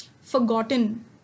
forgotten